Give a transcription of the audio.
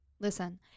listen